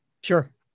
Sure